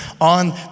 on